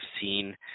seen